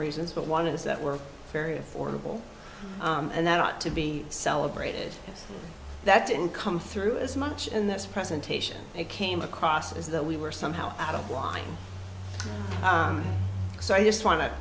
reasons but one is that we're very affordable and that ought to be celebrated and that didn't come through as much in this presentation it came across as though we were somehow out of line so i just wan